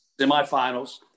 Semifinals